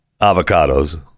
avocados